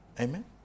Amen